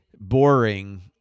Boring